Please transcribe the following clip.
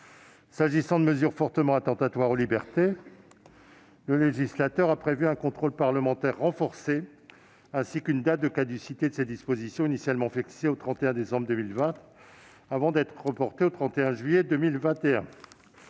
s'agit de mesures fortement attentatoires aux libertés, le législateur a prévu un contrôle parlementaire renforcé, ainsi qu'une date de caducité de ces dispositions. Initialement fixé au 31 décembre 2020, ce terme a été reporté au 31 juillet 2021.